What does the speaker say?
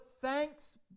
thanks